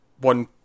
one